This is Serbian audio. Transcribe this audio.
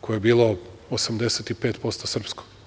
koje je bilo 85% srpsko.